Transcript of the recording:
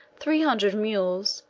three hundred mules,